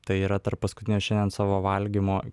tai yra tarp paskutinio šiandien savo valgymo